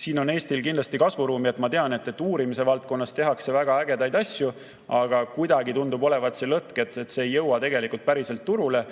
siin on Eestil kindlasti kasvuruumi. Ma tean, et uurimise valdkonnas tehakse väga ägedaid asju, aga kuidagi tundub olevat see lõtk, et see ei jõua tegelikult päriselt turule.